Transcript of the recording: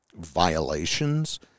violations